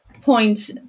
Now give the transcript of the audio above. point